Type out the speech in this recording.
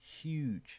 huge